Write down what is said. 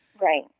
Right